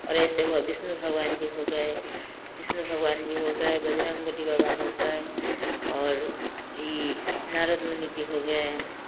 और ऐसे हुआ विष्णु भगवान जी हो गए विष्णु भगवान जी हो गए बजरंगबली बाबा हो गए और ये नारद मुनि जी हो गए